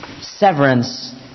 severance